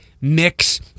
Mix